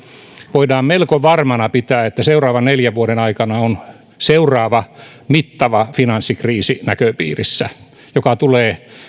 voidaan pitää melko varmana että seuraavan neljän vuoden aikana on näköpiirissä seuraava mittava finanssikriisi joka tulee